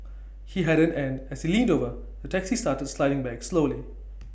he hadn't and as he leaned over the taxi started sliding backwards slowly